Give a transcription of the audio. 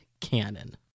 canon